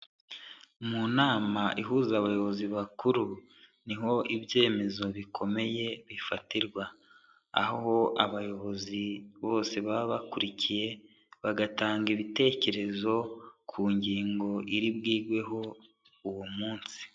Mu nama ihuza abayobozi bakuru ni ho ibyemezo bikomeye bifatirwa, aho abayobozi bose baba bakurikiye bagatanga ibitekerezo ku ngingo iri bwigweho uwo munsi.